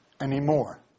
anymore